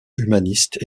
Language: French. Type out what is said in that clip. humanistes